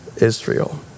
Israel